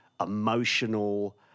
emotional